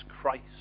Christ